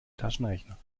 taschenrechner